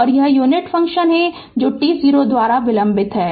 तो यह unit ramp function है जो t0 द्वारा विलंबित है